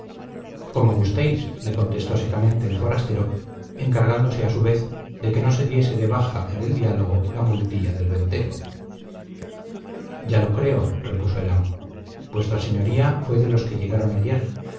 como gustéis le contestó secamente el forastero encargándose a su vez de que no se diese de baja en el diálogo la muletilla del ventero ya lo creo repuso el amo vuestra señoría fue de los que llegaron ayer